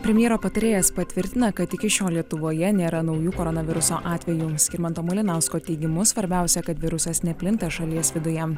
premjero patarėjas patvirtina kad iki šiol lietuvoje nėra naujų koronaviruso atvejų skirmanto malinausko teigimu svarbiausia kad virusas neplinta šalies viduje